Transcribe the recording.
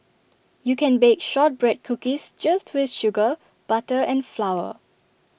you can bake Shortbread Cookies just with sugar butter and flour